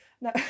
no